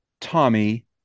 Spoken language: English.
Tommy